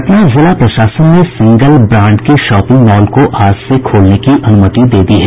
पटना जिला प्रशासन ने सिंगल ब्रांड के शॉपिंग मॉल को आज से खोलने की अनुमति दे दी है